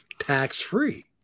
tax-free